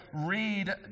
read